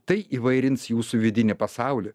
tai įvairins jūsų vidinį pasaulį